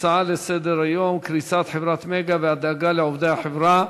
הצעות לסדר-היום: קריסת חברת "מגה" והדאגה לעובדי החברה,